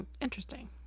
interesting